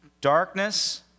Darkness